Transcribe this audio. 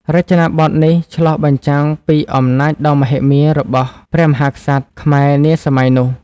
រចនាបថនេះឆ្លុះបញ្ចាំងពីអំណាចដ៏មហិមារបស់ព្រះមហាក្សត្រខ្មែរនាសម័យនោះ។